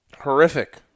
Horrific